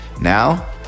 Now